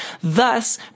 thus